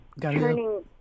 turning